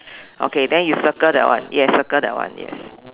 okay then you circle that one yes circle that one yes